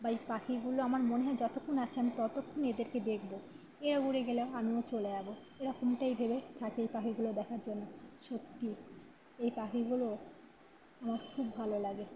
বা এই পাখিগুলো আমার মনে হয় যতক্ষণ আছে আমি ততক্ষণ এদেরকে দেখব এরা উড়ে গেলে আমিও চলে যাব এরকমটাই ভেবে থাকি এই পাখিগুলো দেখার জন্য সত্যি এই পাখিগুলো আমার খুব ভালো লাগে